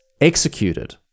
executed